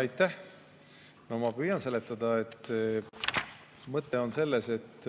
Aitäh! Ma püüan seletada. Mõte on selles, et